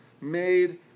made